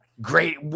great